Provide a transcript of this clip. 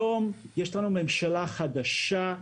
היום יש לנו ממשלה חדשה,